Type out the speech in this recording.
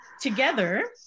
together